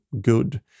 good